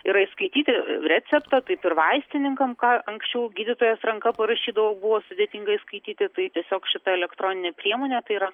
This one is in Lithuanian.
yra įskaityti receptą taip ir vaistininkam ką anksčiau gydytojas ranka parašydavo buvo sudėtinga įskaityti tai tiesiog šita elektroninė priemonė tai yra